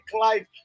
life